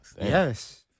Yes